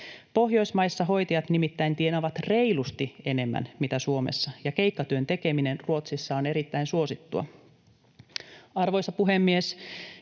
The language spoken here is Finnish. Pohjoismaissa hoitajat nimittäin tienaavat reilusti enemmän kuin Suomessa ja keikkatyön tekeminen Ruotsissa on erittäin suosittua. Arvoisa puhemies!